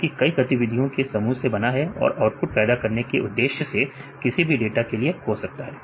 जोकि कई गतिविधियों के समूह से बना है और आउटपुट पैदा करने के उद्देश्य से किसी भी डाटा के लिए हो सकता है